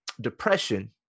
depression